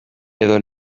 edo